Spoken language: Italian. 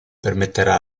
permetterà